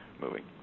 moving